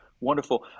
Wonderful